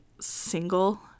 single